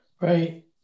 Right